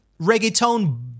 reggaeton